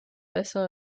bessere